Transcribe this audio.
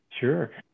sure